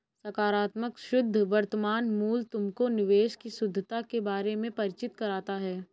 सकारात्मक शुद्ध वर्तमान मूल्य तुमको निवेश की शुद्धता के बारे में परिचित कराता है